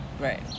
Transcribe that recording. Right